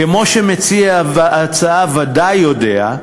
כמו שמציע ההצעה ודאי יודע,